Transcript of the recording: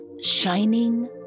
shining